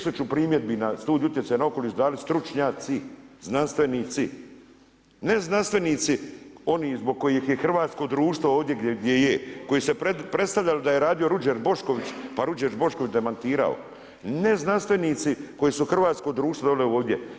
1000 primjedbi na Studiju utjecaja na okoliš dali stručnjaci, znanstvenici, ne znanstvenici oni zbog kojih je hrvatsko društvo ovdje gdje je, koji se predstavljali da je radio Ruđer Bošković pa Ruđer Bošković demantirao, ne znanstvenici koji su hrvatsko društvo doveli ovdje.